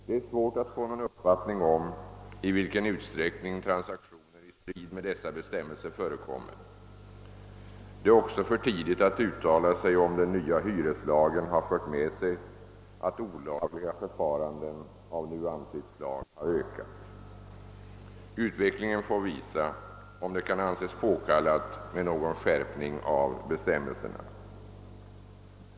Det är svårt att få någon uppfattning om i vilken utsträckning transaktioner i strid mot dessa bestämmelser förekommer. Det är även för tidigt att uttala sig om huruvida den nya hyreslagen fört med sig att olagliga förfaranden av nu antytt slag har ökat. Utvecklingen får visa om det kan anses påkallat med någon skärpning av bestämmelserna.